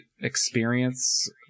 experience